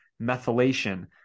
methylation